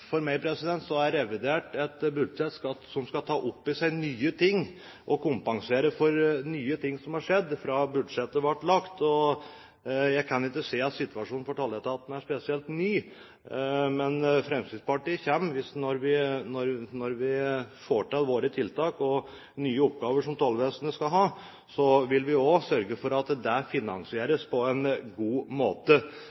For meg er revidert budsjett et budsjett som skal ta opp i seg nye ting og kompensere for nye ting som er skjedd etter at budsjettet ble lagt fram. Jeg kan ikke se at situasjonen for tolletaten er spesielt ny, men Fremskrittspartiet vil, når vi får til våre tiltak og nye oppgaver som tollvesenet skal ha, også sørge for at det